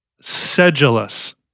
sedulous